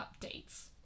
updates